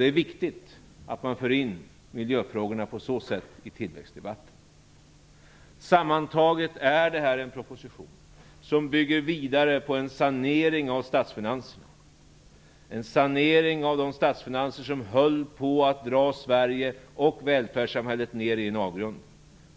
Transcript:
Det är viktigt att man för in miljöfrågorna i tillväxtdebatten. Sammantaget är det här en proposition som bygger vidare på en sanering av statsfinanserna, de statsfinanser som höll på att dra ned Sverige och välfärdssamhället i en avgrund.